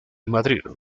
madrid